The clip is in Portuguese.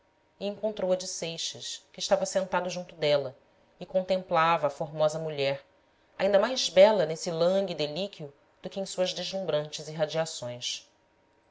encontrou a de seixas que estava sentado junto dela e contemplava a formosa mulher ainda mais bela nesse langue delíquio do que em suas deslumbrantes irradiações